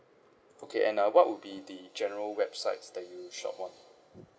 okay and uh what would be the general websites that you shop on